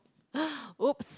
!oops!